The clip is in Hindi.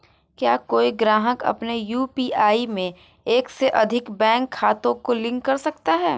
क्या कोई ग्राहक अपने यू.पी.आई में एक से अधिक बैंक खातों को लिंक कर सकता है?